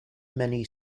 many